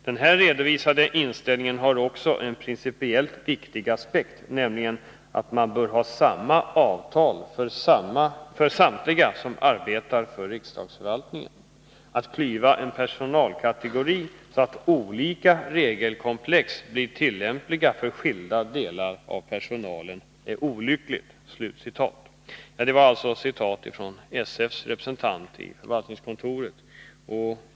Den här redovisade inställningen har också en principiellt viktig aspekt, nämligen att man bör ha samma avtal för samtliga som arbetar för riksdagsförvaltningen. Att klyva en personalkategori så att olika regelkomplex blir tillämpliga för skilda delar av personalen är olyckligt.” Det var ett citat från SF-representanten i förvaltningsstyrelsen.